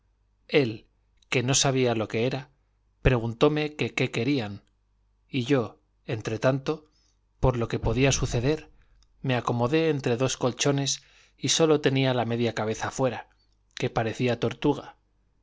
él que no sabía lo que era preguntóme que qué querían y yo entre tanto por lo que podía suceder me acomodé entre dos colchones y sólo tenía la media cabeza fuera que parecía tortuga